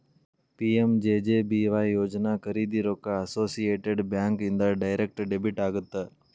PMJJBY ಯೋಜನಾ ಖರೇದಿ ರೊಕ್ಕ ಅಸೋಸಿಯೇಟೆಡ್ ಬ್ಯಾಂಕ್ ಇಂದ ಡೈರೆಕ್ಟ್ ಡೆಬಿಟ್ ಆಗತ್ತ